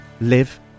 live